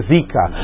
Zika